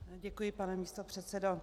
Děkuji, pane místopředsedo.